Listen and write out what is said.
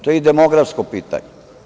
To je i demografsko pitanje.